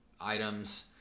items